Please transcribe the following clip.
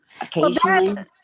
occasionally